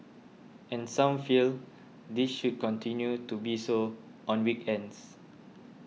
and some feel this should continue to be so on weekends